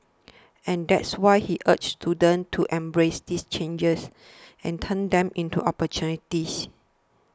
and that's why he urged students to embrace these changes and turn them into opportunities